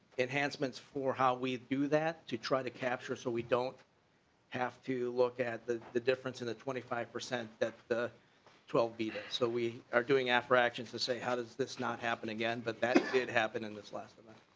it hands months for how we do that to try to capture so we don't we have to look at the the difference in the twenty five percent that twelve be so we are doing after actions to say how does this not happen again but that it happened in this last. and